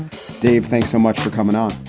dave, thanks so much for coming on.